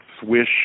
swish